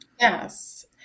Yes